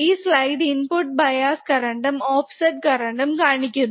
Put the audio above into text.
ഈ slide input bias കറണ്ടും offset കറണ്ടും കാണിക്കുന്നു